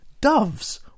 doves